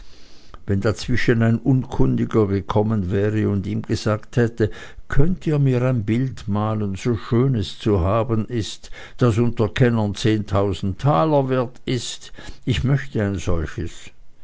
wenn dazwischen ein unkundiger gekommen wäre und ihm gesagt hätte könnt ihr mir ein bild malen so schön es zu haben ist das unter kennern zehntausend taler wert ist ich möchte ein solches